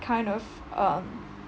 kind of um